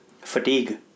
fatigue